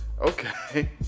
Okay